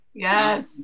Yes